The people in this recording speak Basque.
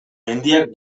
mendiak